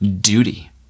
duty